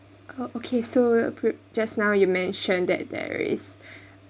okay so pre~ just now you mention that there is